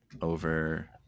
over